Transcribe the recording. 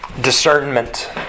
discernment